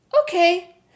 Okay